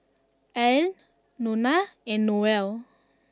Allene Nona and Noel